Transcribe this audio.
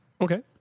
okay